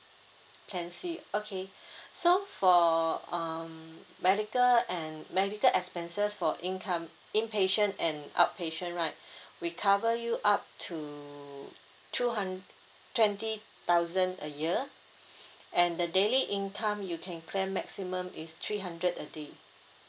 plan C okay so for um medical and medical expenses for incom~ inpatient and outpatient right we cover you up to two hund~ twenty thousand a year and the daily income you can claim maximum is three hundred a day